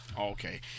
Okay